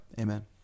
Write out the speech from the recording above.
Amen